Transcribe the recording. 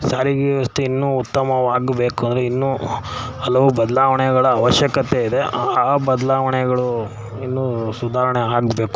ಸಾರಿಗೆ ವ್ಯವಸ್ಥೆ ಇನ್ನೂ ಉತ್ತಮವಾಗಬೇಕು ಅಂದರೆ ಇನ್ನೂ ಹಲವು ಬದಲಾವಣೆಗಳ ಅವಶ್ಯಕತೆ ಇದೆ ಆ ಬದಲಾವಣೆಗಳು ಇನ್ನೂ ಸುಧಾರಣೆ ಆಗಬೇಕು